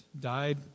died